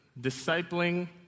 discipling